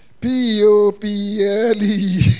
P-O-P-L-E